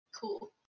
cool